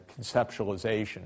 conceptualization